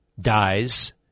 dies